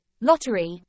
lottery